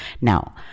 Now